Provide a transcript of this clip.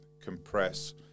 compress